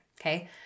Okay